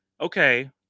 okay